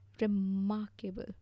remarkable